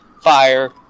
Fire